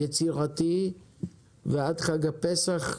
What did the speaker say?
יצירתי ועד חג הפסח,